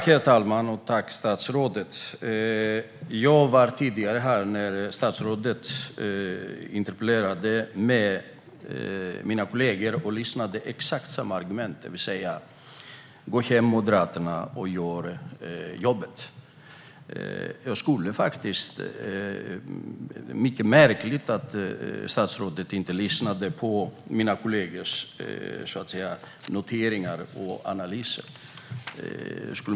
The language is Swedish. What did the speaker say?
Herr talman! Jag var här tidigare, när statsrådet debatterade med mina kollegor, och hörde exakt samma argument: Gå hem, Moderaterna, och gör jobbet! Det är mycket märkligt att statsrådet inte lyssnade på mina kollegors noteringar och analyser.